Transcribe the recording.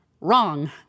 Wrong